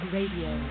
Radio